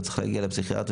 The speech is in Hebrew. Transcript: לא צריך להגיע לפסיכיאטר,